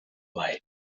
light